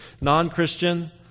non-Christian